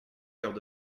heures